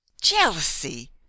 Jealousy